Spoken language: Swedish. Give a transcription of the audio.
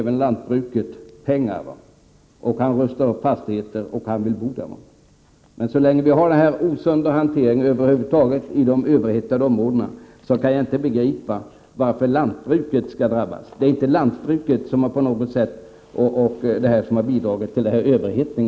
Men jag kan inte begripa varför lantbruket skall drabbas av den osunda hanteringen i de överhettade områdena. Lantbruket har inte på något sätt bidragit till denna överhettning.